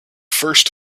first